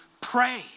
pray